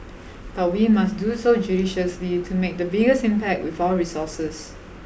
but we must do so judiciously to make the biggest impact with our resources